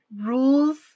rules